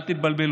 אל תתבלבלו.